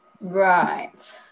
right